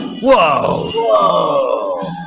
Whoa